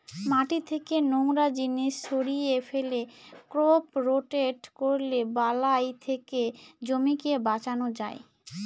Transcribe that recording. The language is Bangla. মাটি থেকে নোংরা জিনিস সরিয়ে ফেলে, ক্রপ রোটেট করলে বালাই থেকে জমিকে বাঁচানো যায়